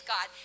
God